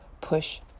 push